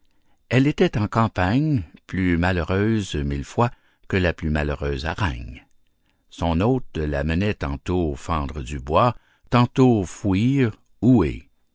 elle était en campagne plus malheureuse mille fois que la plus malheureuse aragne son hôte la menait tantôt fendre du bois tantôt fouir